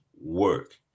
work